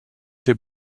des